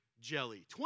jelly